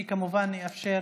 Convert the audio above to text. אני כמובן אאפשר